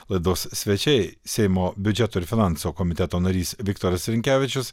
laidos svečiai seimo biudžeto ir finansų komiteto narys viktoras rinkevičius